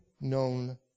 known